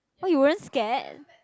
what you weren't scared